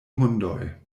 hundoj